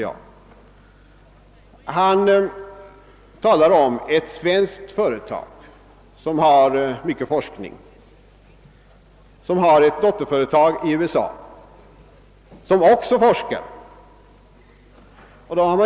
Han berättade om ett svenskt företag som bedriver mycket forskning och som i USA har ett dotterföretag vilket också gör detta.